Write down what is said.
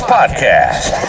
Podcast